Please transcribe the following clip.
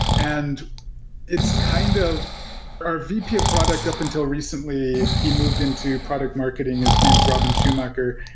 and it's kind of our vp of product up until recently, he moved into product marketing. his name is robin schumacher.